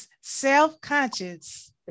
self-conscious